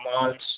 months